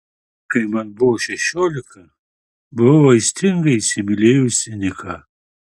kai man buvo šešiolika buvau aistringai įsimylėjusi niką